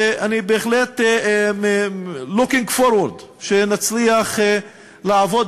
ואני בהחלט looking forward שנצליח לעבוד